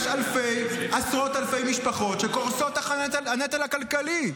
יש עשרות אלפי משפחות שקורסות תחת הנטל הכלכלי,